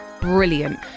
brilliant